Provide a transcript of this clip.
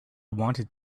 wanted